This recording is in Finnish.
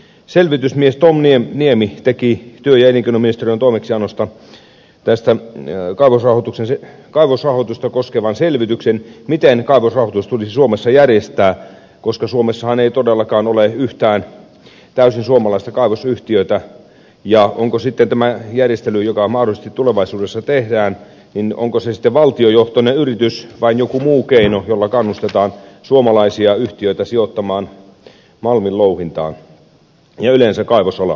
selvitysmies tom niemi teki työ ja elinkei noministeriön toimeksiannosta kaivosrahoitusta koskevan selvityksen miten kaivosrahoitus tulisi suomessa järjestää koska suomessahan ei todellakaan ole yhtään täysin suomalaista kaivosyhtiötä ja onko tämä järjestely joka mahdollisesti tulevaisuudessa tehdään sitten valtiojohtoinen yritys vai joku muu keino jolla kannustetaan suomalaisia yhtiöitä sijoittamaan malminlouhintaan ja yleensä kaivosalaan